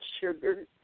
sugar